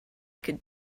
could